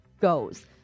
goes